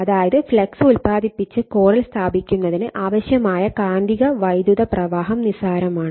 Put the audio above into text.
അതായത് ഫ്ലക്സ് ഉൽപാദിപ്പിച്ച് കോറിൽ സ്ഥാപിക്കുന്നതിന് ആവശ്യമായ കാന്തിക വൈദ്യുത പ്രവാഹം നിസാരമാണ്